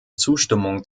zustimmung